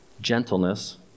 gentleness